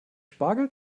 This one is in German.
wieder